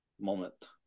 moment